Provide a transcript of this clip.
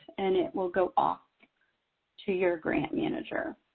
and it will go off to your grant manager.